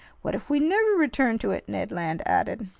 what if we never return to it? ned land added.